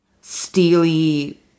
steely